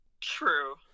True